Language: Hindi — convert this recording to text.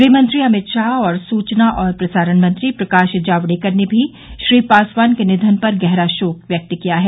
गृहमंत्री अमित शाह और सूचना और प्रसारण मंत्री प्रकाश जावड़ेकर ने भी श्री पासवान के निधन पर गहरा शोक व्यक्त किया है